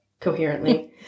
coherently